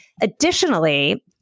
Additionally